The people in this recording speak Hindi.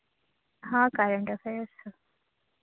हाँ